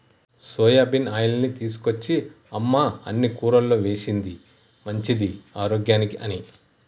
soybean ఆయిల్ని తీసుకొచ్చి అమ్మ అన్ని కూరల్లో వేశింది మంచిది ఆరోగ్యానికి అని